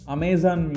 Amazon